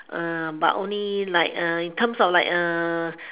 but only like in terms of like